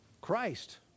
Christ